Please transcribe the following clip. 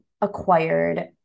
acquired